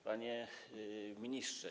Panie Ministrze!